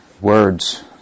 words